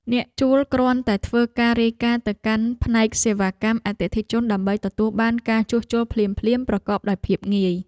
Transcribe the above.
អ្នកជួលគ្រាន់តែធ្វើការរាយការណ៍ទៅកាន់ផ្នែកសេវាកម្មអតិថិជនដើម្បីទទួលបានការជួសជុលភ្លាមៗប្រកបដោយភាពងាយ។